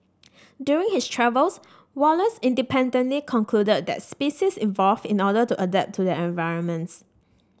during his travels Wallace independently concluded that species evolve in order to adapt to their environments